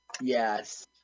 Yes